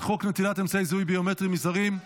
חוק נטילת אמצעי זיהוי ביומטריים מזרים,